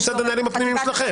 זה נהלים פנימיים שלכם.